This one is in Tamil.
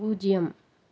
பூஜ்யம்